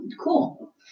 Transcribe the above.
cool